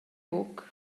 buc